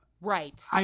Right